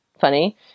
funny